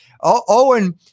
Owen